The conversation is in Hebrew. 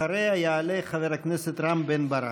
אחריה יעלה חבר הכנסת רם בן-ברק.